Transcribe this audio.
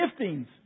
giftings